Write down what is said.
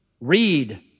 Read